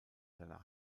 seiner